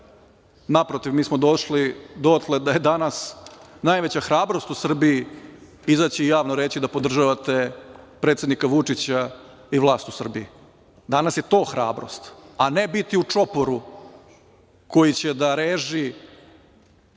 Naprotiv, mi smo došli dotle da je danas najveća hrabrost u Srbiji izaći javno i reći da podržavate predsednika Vučića i vlast u Srbiji. Danas je to hrabrost, a ne biti u čoporu koji će da reži